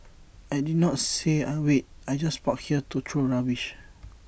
I did not say I wait I just park here to throw rubbish